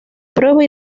prueba